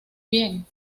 bien